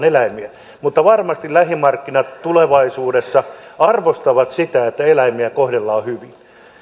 eläimiä mutta varmasti lähimarkkinat tulevaisuudessa arvostavat sitä että eläimiä kohdellaan hyvin